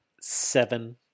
seven